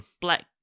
black